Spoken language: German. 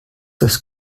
das